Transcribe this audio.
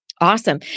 Awesome